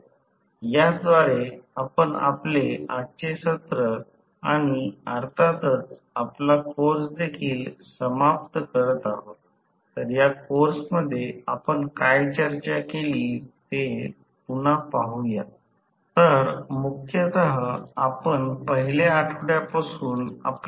तर सोप्या विश्लेषणामध्ये तर म्हणूनच 34 समीकरण नंतर I2 मध्ये सरलीकृत केले जाईल S vr2 असेल